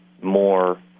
more